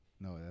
No